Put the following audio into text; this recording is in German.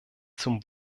zum